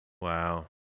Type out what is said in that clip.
Wow